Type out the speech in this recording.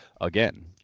again